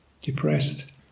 depressed